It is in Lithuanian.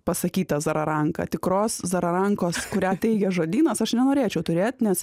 pasakyta zararanka tikros zararankos kurią teigia žodynas aš nenorėčiau turėt nes